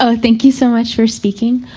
ah thank you so much for speaking.